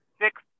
six